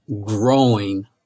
growing